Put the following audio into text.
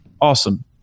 awesome